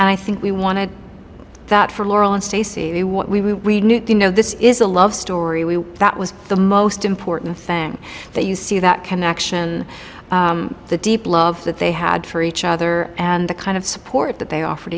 and i think we wanted that for laurel and stacy what we know this is a love story we that was the most important thing that you see that connection the deep love that they had for each other and the kind of support that they offered